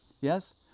Yes